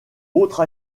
autre